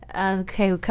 okay